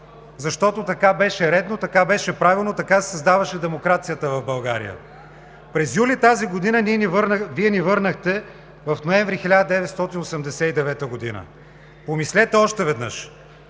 защото така беше редно, така беше правилно, така се създаваше демокрацията в България. През юли тази година Вие ни върнахте в ноември 1989 г. Помислете още веднъж